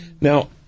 Now